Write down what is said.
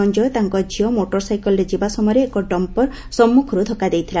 ସଞ୍ଞୟ ତାଙ୍କ ଝିଅ ମୋଟରସାଇକଲରେ ଯିବା ସମୟରେ ଏକ ଡମ୍ମର ସନ୍ମୁଖରୁ ଧକ୍ଷା ଦେଇଥିଲା